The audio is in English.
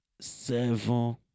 seven